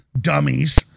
dummies